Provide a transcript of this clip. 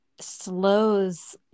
slows